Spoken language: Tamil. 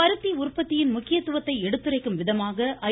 பருத்தி உற்பத்தியின் முக்கியத்துவத்தை எடுத்துரைக்கும் விதமாக ஐ